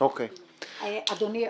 אדוני,